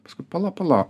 paskui pala pala